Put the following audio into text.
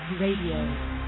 Radio